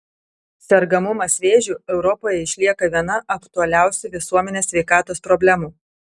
sergamumas vėžiu europoje išlieka viena aktualiausių visuomenės sveikatos problemų